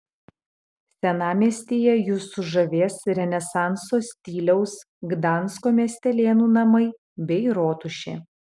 senamiestyje jus sužavės renesanso stiliaus gdansko miestelėnų namai bei rotušė